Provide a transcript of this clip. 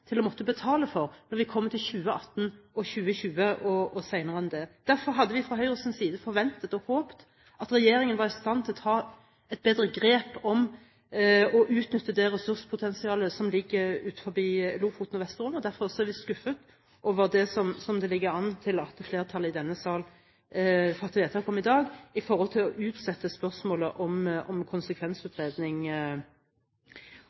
til å måtte betale for når vi kommer til 2018 og 2020 og senere enn det. Derfor hadde vi fra Høyres side forventet og håpet at regjeringen var i stand til å ta et bedre grep for å utnytte det ressurspotensialet som ligger utenfor Lofoten og Vesterålen. Derfor er vi også litt skuffet over det som det ligger an til at flertallet i denne sal fatter vedtak om i dag når det gjelder å utsette spørsmålet om